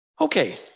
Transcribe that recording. Okay